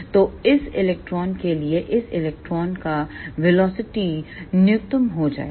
तो इस इलेक्ट्रॉन के लिए इस इलेक्ट्रॉन का वेलोसिटी न्यूनतम हो जाएगा